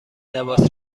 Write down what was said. لباس